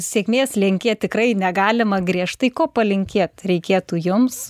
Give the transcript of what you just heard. sėkmės linkėt tikrai negalima griežtai ko palinkėt reikėtų jums